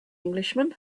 englishman